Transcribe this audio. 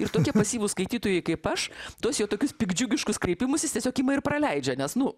ir tokie pasyvūs skaitytojai kaip aš tuos jau tokius piktdžiugiškus kreipimusis tiesiog ima ir praleidžia nes nu